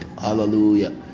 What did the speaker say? Hallelujah